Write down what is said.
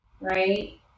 right